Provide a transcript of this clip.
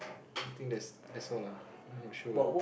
I think that's that's all ah I not sure ah